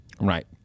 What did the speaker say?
Right